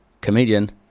comedian